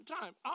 time